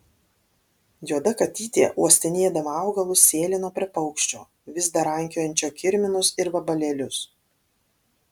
juoda katytė uostinėdama augalus sėlino prie paukščio vis dar rankiojančio kirminus ir vabalėlius